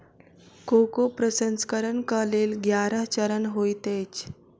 cocoa प्रसंस्करणक लेल ग्यारह चरण होइत अछि